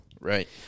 Right